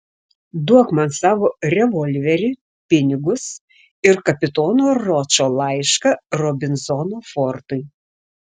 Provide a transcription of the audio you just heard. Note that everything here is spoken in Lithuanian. duok man savo revolverį pinigus ir kapitono ročo laišką robinzono fortui